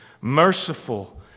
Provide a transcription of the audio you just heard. merciful